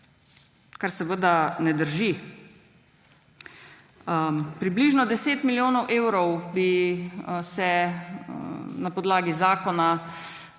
kar seveda ne drži. Približno 10 milijonov evrov bi se na podlagi zakona